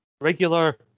regular